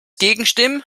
gegenstimmen